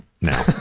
Now